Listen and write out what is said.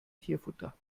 tierfutter